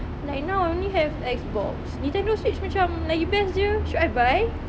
like now I only have Xbox Nintendo switch macam lagi best jer should I buy